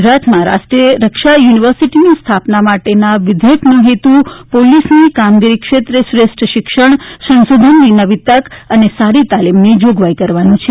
ગુજરાતમાં રાષ્ટ્રીય રક્ષા યુનિવર્સિટીની સ્થાપના માટેના વિધેયકનો હેતુ પોલીસની કામગીરી ક્ષેત્રે શ્રેષ્ઠ શિક્ષણ સંશોધનની નવી તક અને સારી તાલીમની જોગવાઈ કરવાનો છે